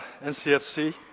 NCFC